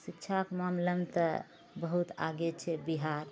शिक्षाके मामिलामे तऽ बहुत आगे छै बिहार